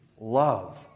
love